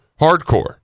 hardcore